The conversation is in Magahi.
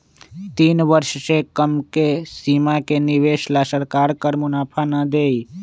तीन वर्ष से कम के सीमा के निवेश ला सरकार कर मुनाफा ना देई